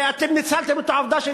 ואתם ניצלתם את העובדה,